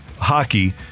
hockey